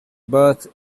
birth